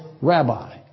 rabbi